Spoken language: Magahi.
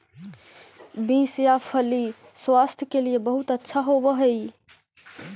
बींस या फली स्वास्थ्य के लिए बहुत अच्छा होवअ हई